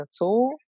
tool